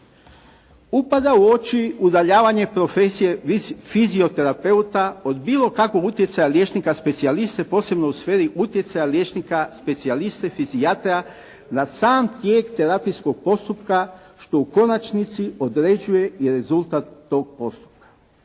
upada u oči udaljavanja profesije fizioterapeuta od bilo kakvog utjecaja liječnika specijaliste, posebno u sferi utjecaja liječnika specijaliste fizijatra na sam tijek terapijskog postupka, što u konačnici određuje i rezultat tog postupka.